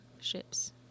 ships